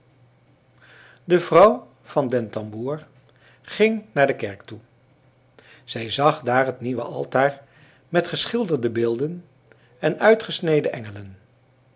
de vrouw van den tamboer ging naar de kerk toe zij zag daar het nieuwe altaar met geschilderde beelden en uitgesneden engelen